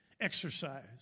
exercise